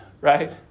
right